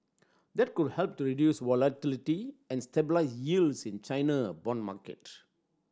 that could help to reduce volatility and stabilise yields in China bond market